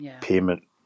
payment